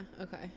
okay